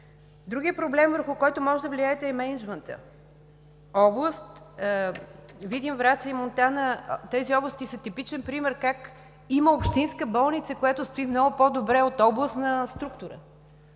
Другият проблем, върху който можете да влияете, е мениджмънтът. Областите Видин, Враца и Монтана са типичен пример как има общинска болница, която стои много по-добре от областна структура.